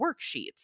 worksheets